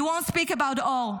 You won’t speak about Or,